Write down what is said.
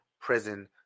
prison